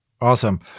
Awesome